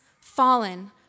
Fallen